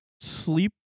sleep